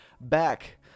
back